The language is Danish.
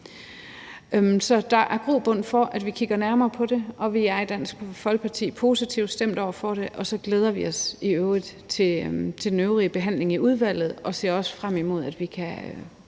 Der er grobund for, at vi kigger nærmere på det, og vi er i Dansk Folkeparti positivt stemt over for det. Og så glæder vi os i øvrigt til den øvrige behandling i udvalget og ser også frem imod, at vi kan